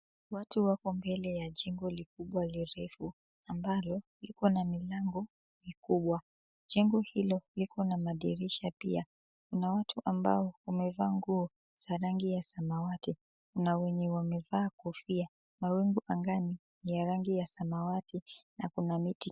Watu wako mbele ya jengo likubwa lirefu ambalo liko na milango mikubwa. Jengo hilo liko na madirisha pia. Kuna watu ambao wamevaa nguo za rangi ya samawati na wenye wamevaa kofia. Mawingu angani ni ya rangi ya samawati na kuna miti.